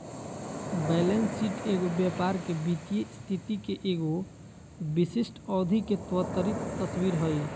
balance sheet एगो व्यापार के वित्तीय स्थिति के एगो विशिष्ट अवधि में त्वरित तस्वीर हइ